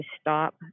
stop